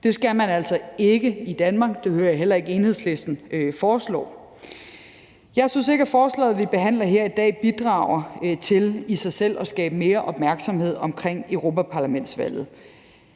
Det skal man altså ikke i Danmark – det hører jeg heller ikke Enhedslisten foreslå. Jeg synes ikke, at forslaget, vi behandler her i dag, i sig selv bidrager til at skabe mere opmærksomhed omkring europaparlamentsvalget.